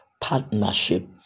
partnership